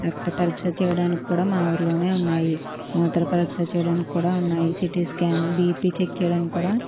రక్త పరీక్ష చేయడానికి కూడా మా ఊర్లోనే ఉన్నాయి మూత్ర పరీక్ష చేయడానికి కూడా ఉన్నాయి సీటీ స్కాన్ బీపీ చెక్ చేయడానికి కూడా